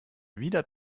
wieder